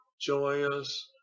joyous